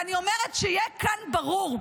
ואני אומרת, שיהיה כאן ברור: